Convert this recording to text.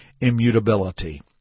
immutability